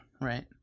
right